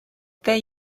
their